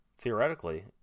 Theoretically